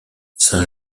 saint